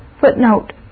Footnote